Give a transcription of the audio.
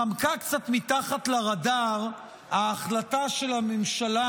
חמקה קצת מתחת לרדאר ההחלטה של הממשלה